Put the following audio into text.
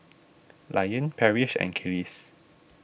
Liane Parrish and Kelis